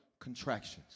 Contractions